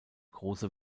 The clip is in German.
große